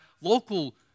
local